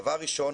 דבר ראשון,